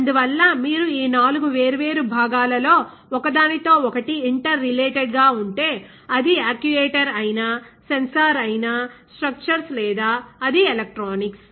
అందువల్ల మీరు ఈ 4 వేర్వేరు భాగాలలో ఒక దానితో ఒకటి ఇంటర్ రిలేటెడ్ గా ఉంటే అది యాక్యుయేటర్ అయినా సెన్సార్ అయినా స్ట్రక్చర్స్ లేదా అది ఎలక్ట్రానిక్స్